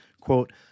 quote